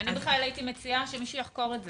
אני הייתי מציעה שמישהו יחקור את זה.